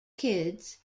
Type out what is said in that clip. kids